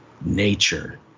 nature